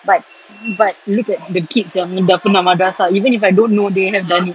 but but look like at the kids yang dah pernah madrasah even if I don't know they have done it